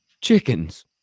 chickens